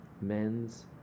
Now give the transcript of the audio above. men's